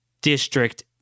district